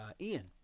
Ian